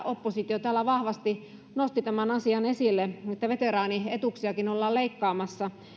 oppositio täällä vahvasti nosti tämän asian esille että veteraanietuuksiakin ollaan leikkaamassa